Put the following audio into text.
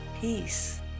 peace